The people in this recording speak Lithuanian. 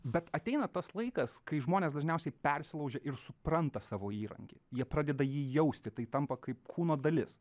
bet ateina tas laikas kai žmonės dažniausiai persilaužia ir supranta savo įrankį jie pradeda jį jausti tai tampa kaip kūno dalis